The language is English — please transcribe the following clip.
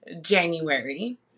January